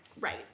Right